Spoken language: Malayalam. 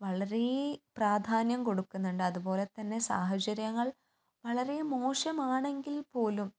വളരെ പ്രാധാന്യം കൊടുക്കുന്നുണ്ട് അതുപോലെ തന്നെ സാഹചാര്യങ്ങൾ വളരെ മോശമാണെങ്കിൽ പോലും